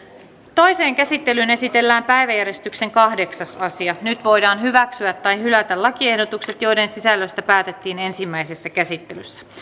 toiseen käsittelyyn esitellään päiväjärjestyksen kahdeksas asia nyt voidaan hyväksyä tai hylätä lakiehdotukset joiden sisällöstä päätettiin ensimmäisessä käsittelyssä